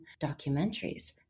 documentaries